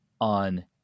on